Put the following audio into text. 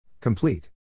Complete